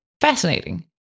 Fascinating